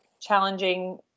Challenging